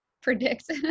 predict